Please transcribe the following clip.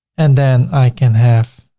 and then i can have